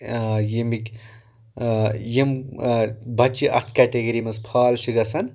ییٚمِکۍ یِم بَچہ اَتھ کیٚٹَگری منٛز فال چھِ گَژھان